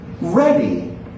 ready